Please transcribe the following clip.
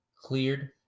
cleared